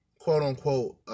quote-unquote